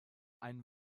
ein